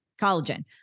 Collagen